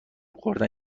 خوردن